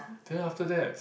then after that